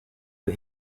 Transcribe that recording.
the